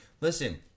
listen